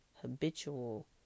habitual